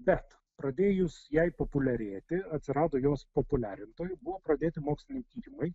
bet pradėjus jai populiarėti atsirado jos populiarintojų buvo pradėti moksliniai tyrimai